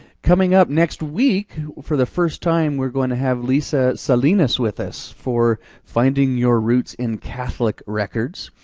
coming up next week for the first time, we're gonna have lisa salinas with us for finding your roots in catholic records,